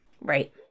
Right